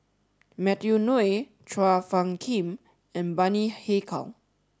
Matthew Ngui Chua Phung Kim and Bani Haykal